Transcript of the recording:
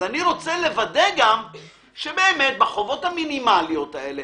אני רוצה גם לוודא שבחובות המינימליות האלה